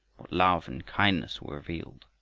love and kindness were revealed!